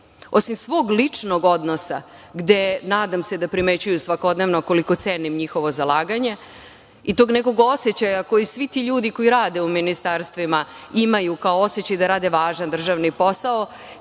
svog ličnog odnosa gde, nadam se, da primećuju svakodnevno koliko cenim njihovo zalaganje i tog nekog osećaja koji svi ti ljudi koji rade u ministarstvima imaju kao osećaj da rade važan državni posao,